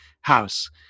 house